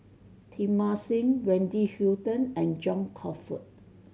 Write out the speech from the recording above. Teng Mah Seng Wendy Hutton and John Crawfurd